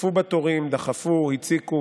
עקפו בתורים, דחפו, הציקו.